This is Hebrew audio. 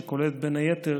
שכוללת בין היתר